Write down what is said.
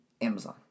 Amazon